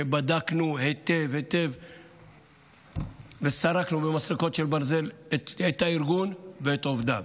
שבדקנו היטב היטב וסרקנו במסרקות של ברזל את הארגון ואת עובדיו.